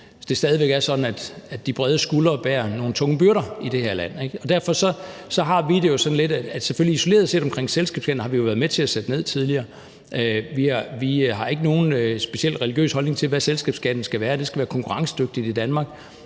det stadig væk er sådan, at de brede skuldre bærer nogle tunge byrder i det her land. Isoleret set i forhold til selskabsskatten har vi jo været med til at sætte den ned tidligere. Vi har ikke nogen specielt religiøs holdning til, hvad selskabsskatten skal være; det skal være konkurrencedygtigt i Danmark.